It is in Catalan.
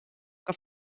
que